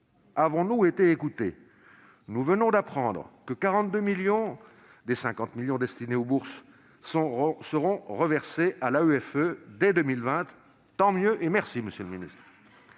Avons-nous été écoutés ? Nous venons d'apprendre que 42 millions des 50 millions d'euros destinés aux bourses seront versés à l'AEFE dès 2020 : tant mieux et merci, monsieur le ministre